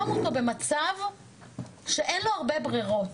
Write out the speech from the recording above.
שם אותו במצב שאין לו הרבה ברירות,